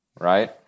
right